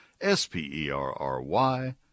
S-P-E-R-R-Y